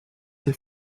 est